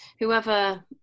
whoever